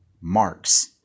marks